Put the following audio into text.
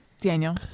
Daniel